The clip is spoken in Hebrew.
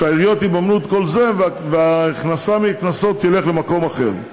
שהעיריות יממנו את כל זה וההכנסות מהקנסות ילכו למקום אחר.